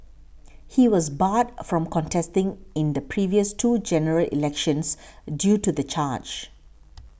he was barred from contesting in the previous two General Elections due to the charge